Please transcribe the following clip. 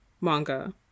manga